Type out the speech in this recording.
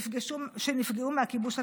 שנפגעו מהכיבוש הצרפתי,